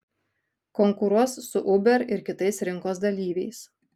konkuruos su uber ir kitais rinkos dalyviais